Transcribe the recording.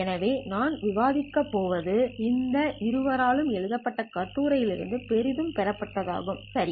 எனவே நாம் விவாதிக்கப் போவது இந்த இருவரால் எழுதப்பட்ட கட்டுரையிலிருந்து பெரிதும் பெறப்பட்டது ஆகும் சரி